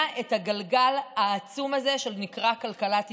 את הגלגל העצום הזה שנקרא כלכלת ישראל,